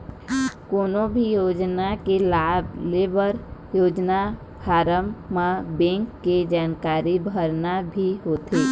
कोनो भी योजना के लाभ लेबर योजना फारम म बेंक के जानकारी भरना भी होथे